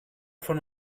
von